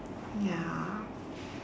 ya